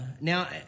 now